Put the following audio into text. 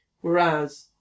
Whereas